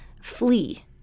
flee